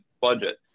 budget